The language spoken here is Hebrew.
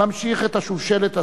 ממשיך את השושלת הזאת,